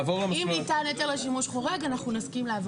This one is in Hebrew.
אם ניתן היתר לשימוש חורג, אנחנו נסכים לעבור.